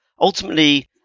ultimately